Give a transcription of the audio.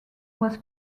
was